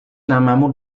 namamu